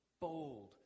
bold